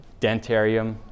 Dentarium